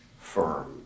firm